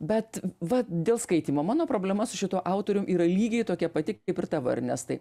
bet va dėl skaitymo mano problema su šituo autorium yra lygiai tokia pati kaip ir tavo ernestai